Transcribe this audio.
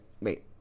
wait